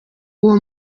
uwo